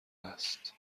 هست